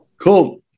Cool